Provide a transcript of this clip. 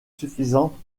suffisantes